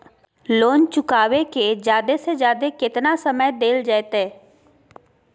Loan चुकाबे के जादे से जादे केतना समय डेल जयते?